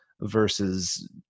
versus